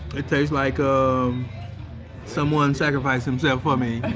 it tastes like um someone sacrificed themselves for me.